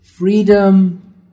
freedom